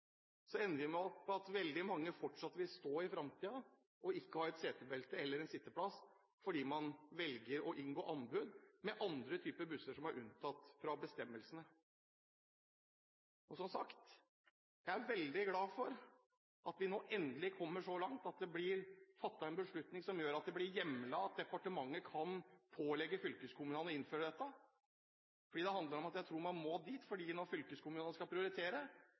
så langt at det blir fattet en beslutning som gjør at det blir hjemlet at departementet kan pålegge fylkeskommunene å innføre dette. Jeg tror det handler om at man må dit, for når fylkeskommunene skal prioritere,